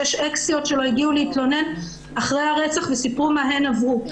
שש אקסיות שלו הגיעו להתלונן אחרי הרצח וסיפרו מה הן עברו.